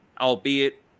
albeit